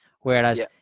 Whereas